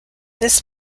this